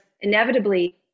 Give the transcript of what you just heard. inevitably